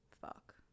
fuck